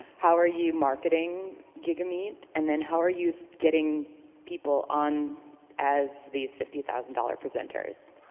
how are you marketing gigameet? and then how are you getting people on as these fifty thousand dollars presenters?